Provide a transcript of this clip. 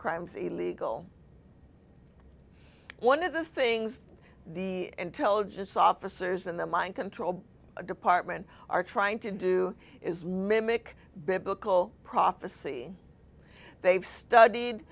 crimes illegal one of the things the intelligence officers and the mind control department are trying to do is mimic biblical prophecy they've studied